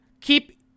keep